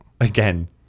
Again